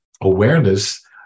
awareness